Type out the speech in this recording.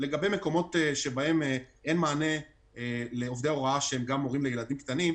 לגבי עובדי הוראה שהם הורים לילדים קטנים,